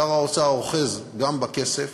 שר האוצר אוחז גם בכסף,